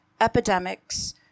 epidemics